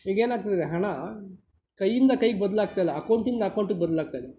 ಈಗೇನಾಗ್ತಿದೆ ಹಣ ಕೈಯ್ಯಿಂದ ಕೈಗೆ ಬದಲಾಗ್ತಿಲ್ಲ ಅಕೌಂಟಿಂದ ಅಕೌಂಟ್ಗೆ ಬದಲಾಗ್ತಾಯಿದೆ